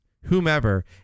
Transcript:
whomever